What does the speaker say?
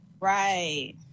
right